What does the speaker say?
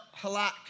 Halak